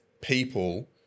people